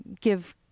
give